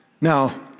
Now